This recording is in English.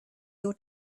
your